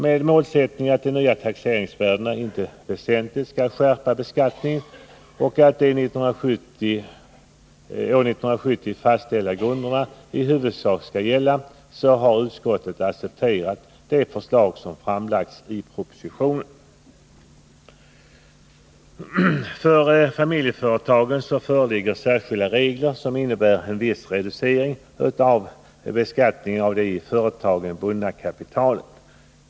Med målsättningen att de nya taxeringsvärdena inte väsentligt skall skärpa beskattningen och att de år 1970 fastställda grunderna i huvudsak skall gälla har utskottet accepterat det förslag som framlagts i propositionen. För familjeföretagen föreligger särskilda regler som innebär en viss reducering av beskattningen i det i företagen bundna kapitalet.